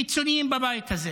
קיצוניים בבית הזה.